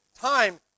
time